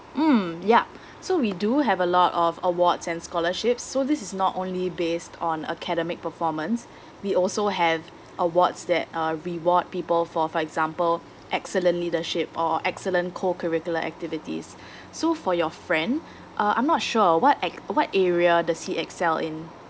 mmhmm yup so we do have a lot of awards and scholarships so this is not only based on academic performance we also have awards that uh reward people for for example excellent leadership or excellent co curricular activities so for your friend uh I'm not sure what a~ what area does he excel in